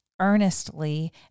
earnestly